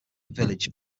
village